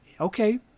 okay